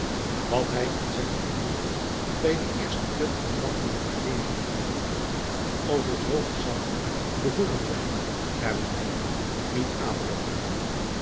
wat hij in zijn verblinding bij die eerste veelomvattende waardeering over het hoofd zag behoeven wij naar we meenen niet aan te voeren